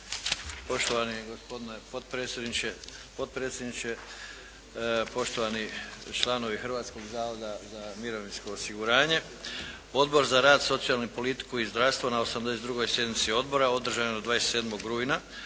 Poštovani gospodine potpredsjedniče, poštovani članovi Hrvatskog zavoda za mirovinsko osiguranje! Odbor za rad, socijalnu politiku i zdravstvo na 82. sjednici odbora održanoj 27. rujna